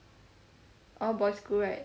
all boys school right